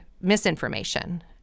misinformation